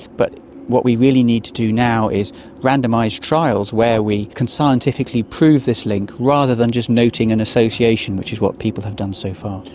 but what we really need to do now is randomised trials where we can scientifically prove this link rather than just noting an association, which is what people have done so far.